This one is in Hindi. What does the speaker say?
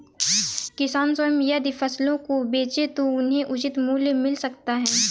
किसान स्वयं यदि फसलों को बेचे तो उन्हें उचित मूल्य मिल सकता है